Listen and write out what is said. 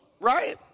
right